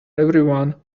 everyone